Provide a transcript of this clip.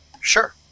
Sure